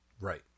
Right